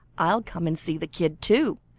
i'll come and see the kid too,